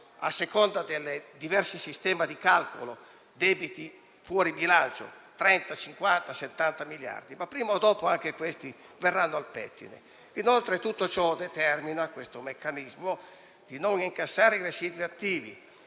a seconda dei diversi sistemi di calcolo, debiti fuori bilancio per 30, 50, 70 miliardi, ma prima o poi anche questi nodi verranno al pettine. Oltretutto, questo meccanismo di non incassare i residui attivi,